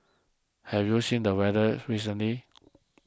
have you seen the weather recently